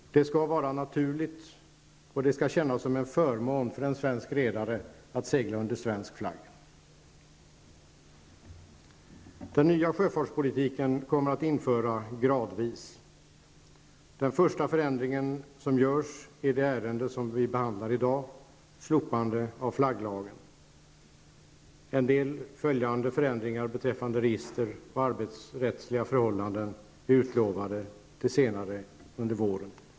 Det skall vara naturligt -- och kännas som en förmån -- för en svensk redare att segla under svensk flagg. Den nya sjöfartspolitiken kommer att införas gradvis. Den första förändringen som görs är det beslut som kommer att fattas i ärende vi behandlar i dag -- slopandet av flagglagen. En del följande förändringar beträffande register och arbetsrättsliga förhållanden är utlovade till senare under våren.